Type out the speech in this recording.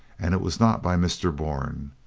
and it was not by mr. bourne.